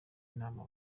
inama